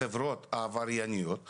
החברות עברייניות.